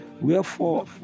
wherefore